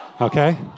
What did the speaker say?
okay